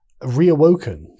reawoken